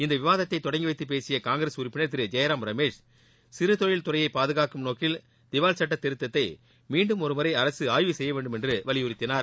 இந்த விவாதத்தை தொடங்கிய வைத்து பேசிய காங்கிரஸ் உறுப்பினர் திரு ஜெயராம் ரமேஷ் சிறு தொழில் துறையை பாதுகாக்கும் நோக்கில் திவால் சட்ட திருத்தத்தை மீண்டும் ஒரு முறை அரசு ஆய்வு செய்ய வேண்டும் என்று வலியுறுத்தினார்